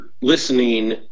listening